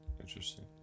Interesting